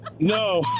No